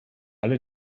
alle